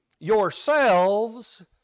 yourselves